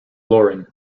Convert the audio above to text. loren